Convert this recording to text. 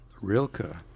Rilke